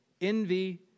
envy